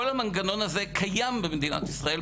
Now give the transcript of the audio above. כל המנגנון הזה קיים במדינת ישראל,